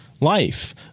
life